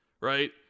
right